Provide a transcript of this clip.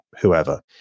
whoever